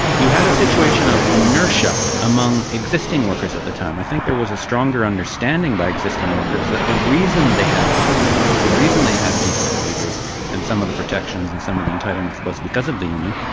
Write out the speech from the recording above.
you had a situation of inertia among existing workers at the time. i think there was a stronger understanding by existing workers that the reason they had those benefits, the reason they had decent wages and some of the protections and some of the entitlements was because of the union,